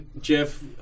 Jeff